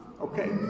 Okay